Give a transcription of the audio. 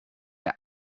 der